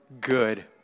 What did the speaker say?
good